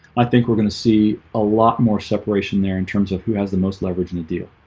i think we're gonna see a lot more separation there in terms of who has the most leverage and a deal